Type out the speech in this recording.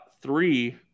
three